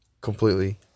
completely